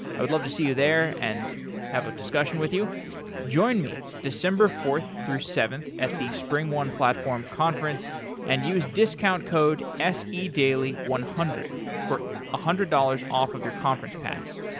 i would love to see you there and have a discussion with you join me december fourth through seventh at the springone platform conference and use discount code se daily one hundred for a one hundred dollars off of your conference pass.